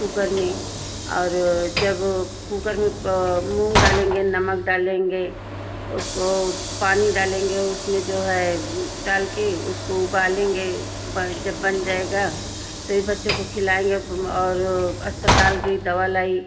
cooker में और जब कूकर में मूंग डालेंगे नमक डालेंगे उसको पानी डालेंगे उसमें जो है डाल के उसको उबलेंगे ब जब बन जाएगा तो बच्चे को खिलाएंगे और अस्पताल गई दवा लाई